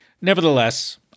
Nevertheless